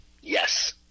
Yes